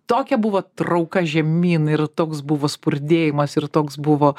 tokia buvo trauka žemyn ir toks buvo spurdėjimas ir toks buvo